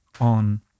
on